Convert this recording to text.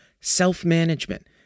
self-management